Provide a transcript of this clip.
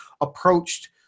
approached